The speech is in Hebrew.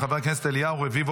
של חבר הכנסת אליהו רביבו,